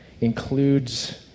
includes